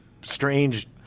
Strange